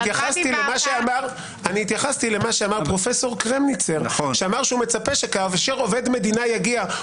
הוא טען שהנחייתו מחייבת לא רק עובדי מדינה ולא